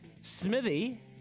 Smithy